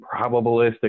probabilistic